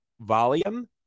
volume